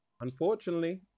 Unfortunately